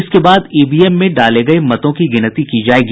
इसके बाद ईवीएम में डाले गये मतों की गिनती की जायेगी